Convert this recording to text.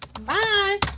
Bye